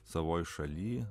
savoje šalyje